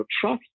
trust